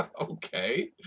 Okay